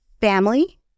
family